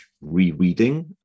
rereading